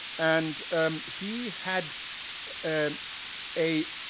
and he had and a